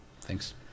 Thanks